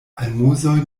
almozoj